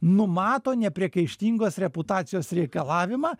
numato nepriekaištingos reputacijos reikalavimą